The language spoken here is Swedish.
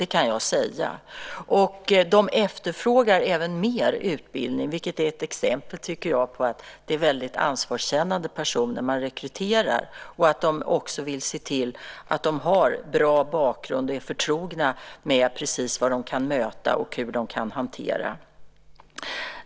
Det kan jag säga. De efterfrågar även mer utbildning vilket är ett exempel, tycker jag, på att det är väldigt ansvarskännande personer man rekryterar. De vill också se till att de har bra bakgrund och är förtrogna med precis det som de kan möta och hur de kan hantera det.